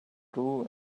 drew